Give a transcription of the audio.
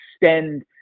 extend